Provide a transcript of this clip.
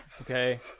okay